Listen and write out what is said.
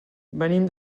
venim